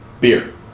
Beer